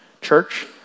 church